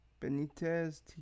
Benitez